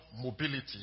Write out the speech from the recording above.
mobility